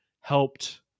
helped